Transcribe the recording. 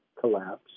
collapse